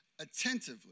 attentively